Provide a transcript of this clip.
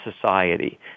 Society